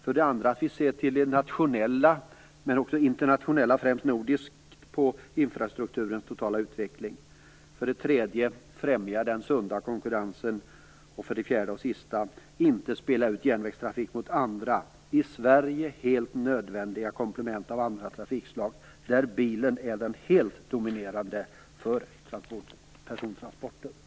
För det andra: att vi ser till den nationella, men också till den internationella och då främst den nordiska, infrastrukturens totala utveckling. För det tredje: att vi främjar den sunda konkurrensen. För det fjärde och sista: att vi inte spelar ut järnvägstrafiken mot andra, i Sverige helt nödvändiga, komplement av andra trafikslag. För persontransporter är bilen det helt dominerande.